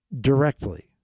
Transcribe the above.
directly